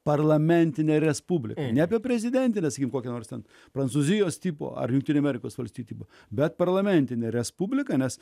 parlamentinę respubliką ne apie prezidentės jums kokią nors ant prancūzijos tipo ar lyg ir amerikos valstybių bet parlamentinę respubliką nes